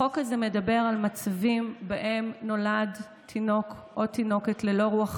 החוק הזה מדבר על מצבים שבהם נולד תינוק או תינוקת ללא רוח חיים,